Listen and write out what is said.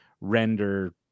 render